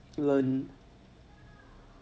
learn